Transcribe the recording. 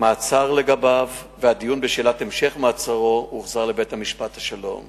מעצר לגביו והדיון בשאלת המשך מעצרו הוחזר לבית-משפט השלום